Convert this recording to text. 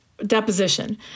deposition